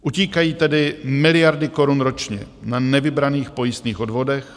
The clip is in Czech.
Utíkají tedy miliardy korun ročně na nevybraných pojistných odvodech.